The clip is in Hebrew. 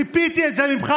ציפיתי לזה ממך,